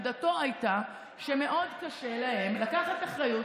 עמדתו הייתה שמאוד קשה להם לקחת אחריות